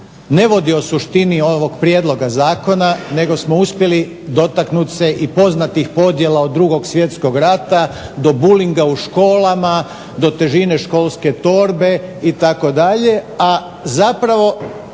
ne vodi o suštini ovog prijedloga zakona nego smo uspjeli dotaknuti se i poznatih podjela od 2. svjetskog rata do bullinga u školama, do težine školske torbe itd.,